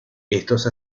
estos